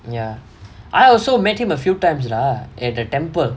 ya I also met him a few times lah at the temple